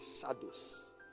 shadows